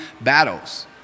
battles